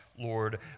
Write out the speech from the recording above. Lord